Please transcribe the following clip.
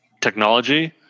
technology